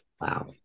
Wow